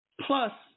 plus